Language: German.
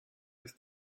ist